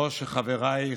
התשפ"א 2021,